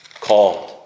Called